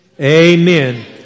Amen